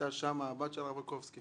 הייתה שם הבת של הרב רקובסקי